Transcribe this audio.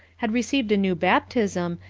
had received a new baptism,